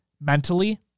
mentally